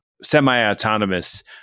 semi-autonomous